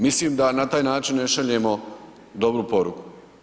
Mislim da na taj način ne šaljemo dobru poruku.